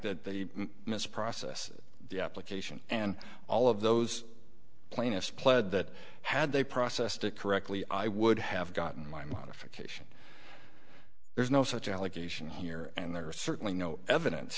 that they miss process the application and all of those plaintiffs pled that had they processed it correctly i would have gotten my modification there's no such allegation here and there certainly no evidence